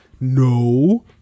no